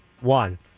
one